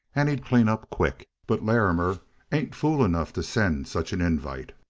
and he'd clean up quick. but larrimer ain't fool enough to send such an invite.